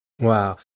Wow